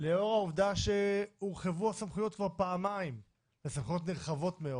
לאור העובדה שהורחבו הסמכויות כבר פעמיים לסמכויות נרחבות מאוד,